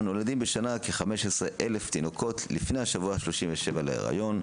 נולדים בשנה כ-15,000 תינוקות לפני השבוע ה-37 להריון.